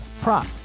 prop